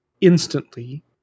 instantly